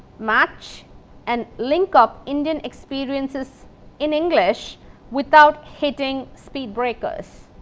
match and link up indian experiences in english without hitting speed breakers.